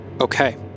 Okay